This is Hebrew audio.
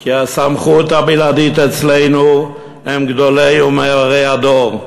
כי הסמכות הבלעדית אצלנו הם גדולי ומאורי הדור,